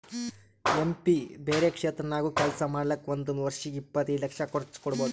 M P ಬ್ಯಾರೆ ಕ್ಷೇತ್ರ ನಾಗ್ನು ಕೆಲ್ಸಾ ಮಾಡ್ಲಾಕ್ ಒಂದ್ ವರ್ಷಿಗ್ ಇಪ್ಪತೈದು ಲಕ್ಷ ಕರ್ಚ್ ಮಾಡ್ಬೋದ್